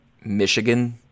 Michigan